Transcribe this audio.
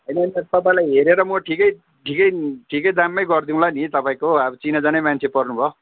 होइन होइन तपाईँलाई हेरेर म ठिकै ठिकै ठिकै दाममै गरिदिउँला नि तपाईँको अब चिनाजानै मान्छे पर्नुभयो